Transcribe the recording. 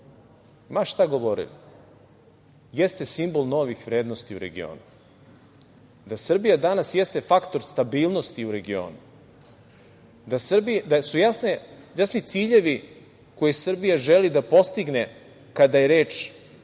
ma šta govorili, jeste simbol novih vrednosti u regionu, da Srbija danas jeste faktor stabilnosti u regionu, da su jasni ciljevi koje Srbija želi da postigne kada je reč